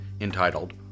entitled